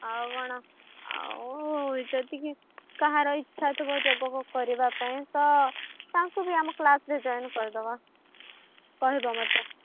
ଆଉ କ'ଣ ଆଉ ଯଦି କାହାର ଇଚ୍ଛା ଥିବ ଯୋଗ ଫୋଗ କରିବା ପାଇଁ ତ ତାଙ୍କୁ ବି ଆମ କ୍ଲାସରେେ ଜଏନ୍ କରିଦେବା କହିବ ମୋତେ